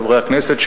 חברי הכנסת,